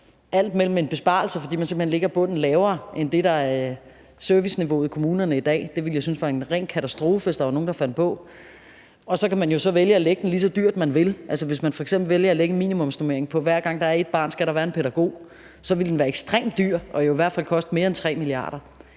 alt fra en besparelse – fordi man simpelt hen lægger bunden lavere end det, der er serviceniveauet i kommunerne i dag, og det ville jeg synes var en ren katastrofe, hvis der er nogen, der fandt på det – til, at man vælger at lægge den lige så dyrt, man vil. Hvis man f.eks. vælger at lægge en minimumsnormering om, at hver gang der er et barn, skal der være en pædagog, vil det være ekstremt dyrt og i hvert fald koste mere end 3 mia. kr.